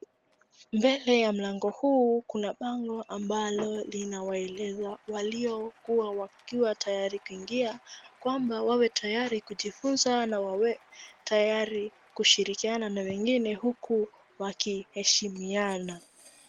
Mbele ya mlango huu kuna bango ambalo linawaeleza walio kuwa wakiwa tayari kuingia kwamba wawe tayari kujifunza na wawe tayari kushirikiana na wengine uku wakiheshimiana.